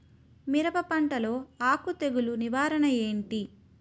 మిరప పంటలో ఆకు తెగులు నివారణ ఏంటి?